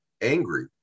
angry